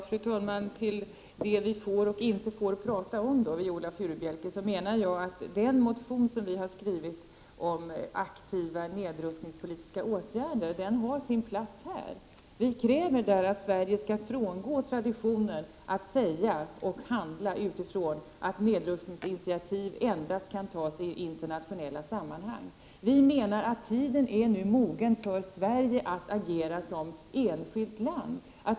Fru talman! Jag vill säga något om Viola Furubjelkes resonemang om vad vi får och inte får tala om. Jag menar att den motion vi har skrivit om aktiva nedrustningspolitiska åtgärder har sin plats här. Vi kräver i motionen att Sverige skall frångå traditionen att säga och handla utifrån att nedrustningsinitiativ endast kan tas i internationella sammanhang. Vi menar att tiden nu är mogen för Sverige att agera som enskilt land.